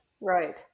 Right